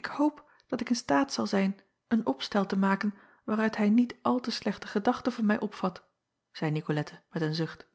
k hoop dat ik in staat zal zijn een opstel te maken waaruit hij niet al te slechte gedachte van mij opvat zeî icolette met een zucht